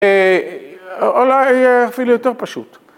אולי אפילו יותר פשוט.